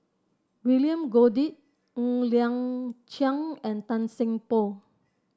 William Goode Ng Liang Chiang and Tan Seng Poh